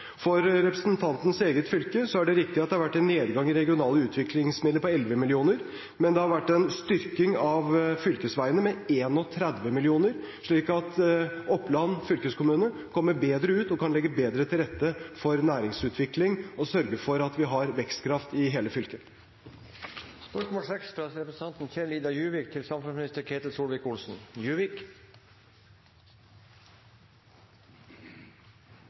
For representanten Hagebakkens eget fylke er det riktig at det har vært en nedgang i regionale utviklingsmidler på 11 mill. kr, men det har vært en styrking av fylkesveiene med 31 mill. kr. Så Oppland fylkeskommune kommer bedre ut og kan legge bedre til rette for næringsutvikling og sørge for at vi har vekstkraft i hele fylket. Jeg tillater meg å stille følgende spørsmål til